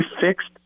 fixed